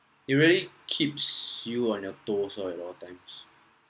it really keeps you on your toes all at all times